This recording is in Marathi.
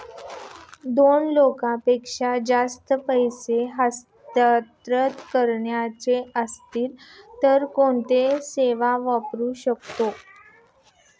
दोन लाखांपेक्षा जास्त पैसे हस्तांतरित करायचे असतील तर कोणती सेवा वापरू शकतो?